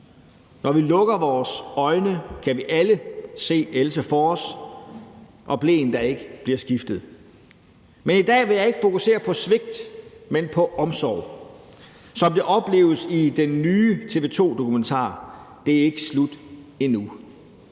Når vi lukker vores øjne, kan vi alle se Else for os, og bleen, der ikke bliver skiftet. Men i dag vil jeg ikke fokusere på svigt, men på omsorg, som det opleves i den nye TV2-dokumentar »Det er ikke slut endnu«.